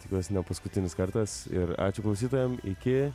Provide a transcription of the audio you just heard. tikiuosi ne paskutinis kartas ir ačiū klausytojam iki